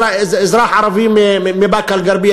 אזרח ערבי מבאקה-אלע'רביה,